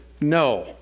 no